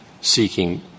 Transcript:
seeking —